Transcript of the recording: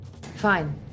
Fine